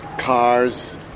Cars